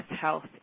Health